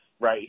right